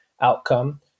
outcome